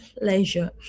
pleasure